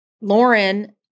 Lauren